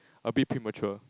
a bit premature